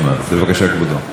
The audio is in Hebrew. כבוד היושב-ראש,